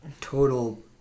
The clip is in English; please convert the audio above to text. total